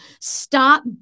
Stop